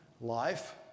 Life